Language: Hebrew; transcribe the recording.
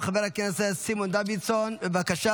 חבר הכנסת דוידסון, בבקשה.